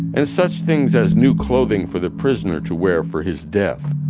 and such things as new clothing for the prisoner to wear for his death,